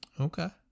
Okay